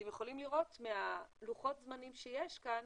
אתם יכולים לראות מלוחות הזמנים שיש כאן